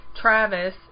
Travis